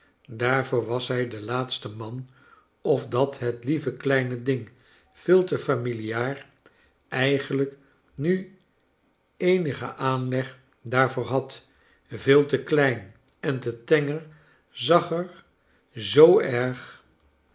daarvoor was hij de laatste man of dat het lieve kleine ding veel te familiaar eigenlijk nu eenigen aanleg daarvoor had veel te klein en te tenger zag er zoo erg